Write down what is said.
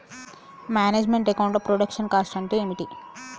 Manage meant account లో production cost అంటే ఏమిటి?